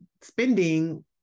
spending